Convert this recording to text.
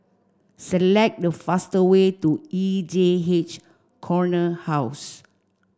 select the fastest way to E J H Corner House